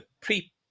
pre